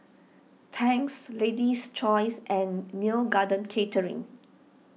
Tangs Lady's Choice and Neo Garden Catering